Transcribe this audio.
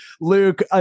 Luke